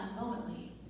momently